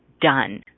done